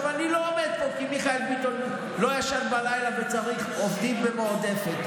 אני לא עומד פה כי מיכאל ביטון לא ישן בלילה וצריך עובדים במועדפת.